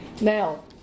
Now